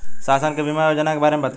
शासन के बीमा योजना के बारे में बताईं?